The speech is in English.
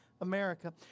America